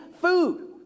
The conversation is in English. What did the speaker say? food